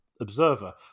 observer